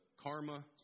karma